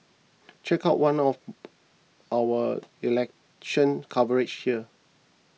check out one of our election coverage here